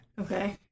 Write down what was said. Okay